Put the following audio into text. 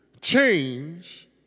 change